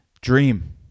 dream